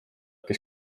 kes